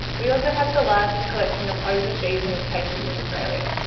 we also have the largest collection of overseas newspapers in australia.